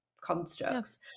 constructs